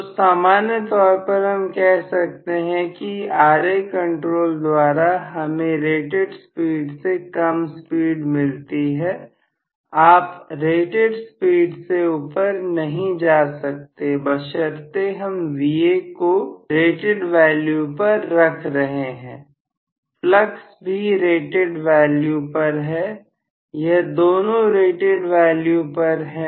तो सामान्य तौर पर हम कह सकते हैं कि Ra कंट्रोल द्वारा हमें रेटेड स्पीड से कम स्पीड मिलती है आप अरेटेड स्पीड से ऊपर नहीं जा सकते बशर्ते हम Va को रिटर्न वैल्यू पर रख रहे हैं फ्लक्स भी रिटर्न वैल्यू पर है यह दोनों रेटेड वैल्यू पर है